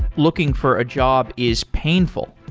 looking for a job is painful.